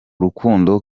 rukundo